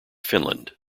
finland